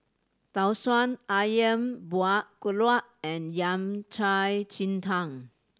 Tau Suan Ayam Buah Keluak and Yao Cai ji tang